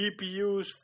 GPUs